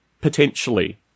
potentially